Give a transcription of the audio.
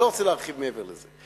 אני לא רוצה להרחיב מעבר לזה.